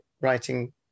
writing